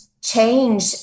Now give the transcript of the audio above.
change